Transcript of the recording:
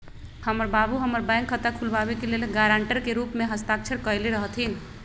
हमर बाबू हमर बैंक खता खुलाबे के लेल गरांटर के रूप में हस्ताक्षर कयले रहथिन